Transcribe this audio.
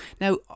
Now